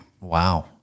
wow